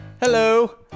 Hello